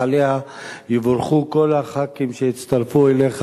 עליה ויבורכו כל הח"כים שהצטרפו אליך.